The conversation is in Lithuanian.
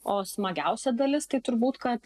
o smagiausia dalis tai turbūt kad